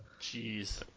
Jeez